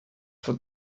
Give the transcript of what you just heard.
von